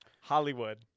Hollywood